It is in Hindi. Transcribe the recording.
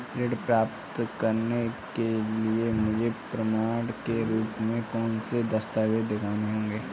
ऋण प्राप्त करने के लिए मुझे प्रमाण के रूप में कौन से दस्तावेज़ दिखाने होंगे?